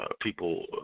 people